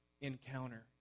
Encounter